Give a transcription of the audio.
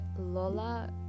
lola